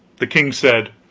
the king said